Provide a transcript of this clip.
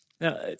Now